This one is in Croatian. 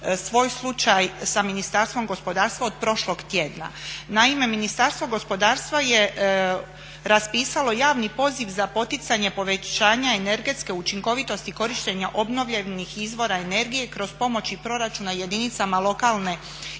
svoj slučaj sa Ministarstvom gospodarstva od prošlog tjedna. Naime, Ministarstvo gospodarstva je raspisalo javni poziv za poticanje povećanja energetske učinkovitosti i korištenja obnovljenih izvora energije kroz pomoći proračuna jedinicama lokalne